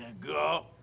go.